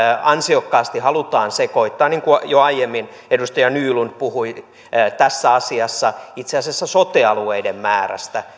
ansiokkaasti halutaan sekoittaa kun jo aiemmin edustaja nylund puhui tässä asiassa itse asiassa sote alueiden määrästä